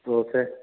dosa